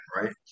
right